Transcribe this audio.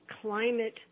climate